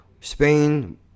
Spain